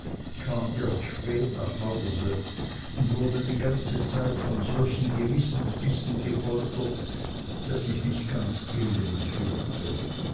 kam erst spät nach hause und wurde die ganze zeit von solchen gewissensbissen gefoltert daß ich mich ganz elend fühlte